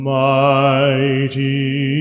mighty